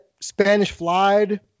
Spanish-flied